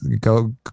Go